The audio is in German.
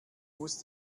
muss